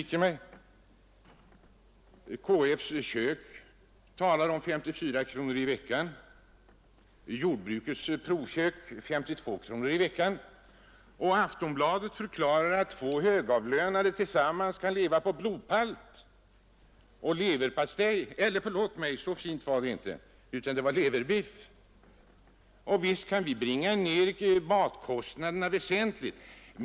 KF:s kök talar om 54 kronor i veckan, Jordbrukets provkök föreslår 52 kronor i veckan och Aftonbladet förklarar att två högavlönade tillsammans kan leva på blodpalt och leverpastej — förlåt mig, så fint var det inte, det var leverbiff. Och visst kan vi bringa ned matkostnaderna väsentligt.